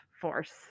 force